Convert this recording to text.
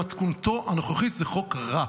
במתכונתו הנוכחית זה חוק רע.